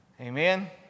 Amen